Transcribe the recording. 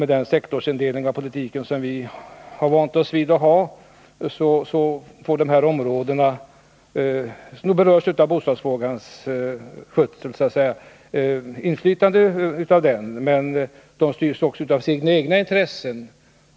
Med den sektorsindelning inom politiken som vi har vant oss vid påverkas bostadsfrågans hantering av de områden som berörs av den. Dessa områden styrs också av sina egna intressen.